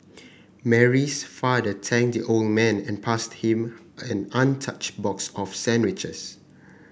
Mary's father thanked the old man and passed him an untouched box of sandwiches